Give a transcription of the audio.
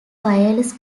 wireless